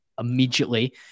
immediately